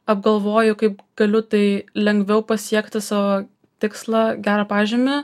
apgalvoju kaip galiu tai lengviau pasiekti savo tikslą gerą pažymį